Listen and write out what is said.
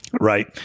Right